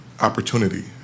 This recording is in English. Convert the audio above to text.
opportunity